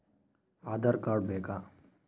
Aadhaar card ಬೇಕಾ?